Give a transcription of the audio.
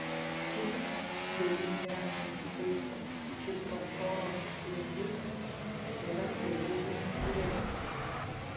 kitas derinyje esantis vaistas hidrochlorotiazidas yra tiazidinis diuretikas